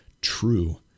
true